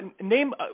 Name